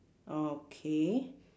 okay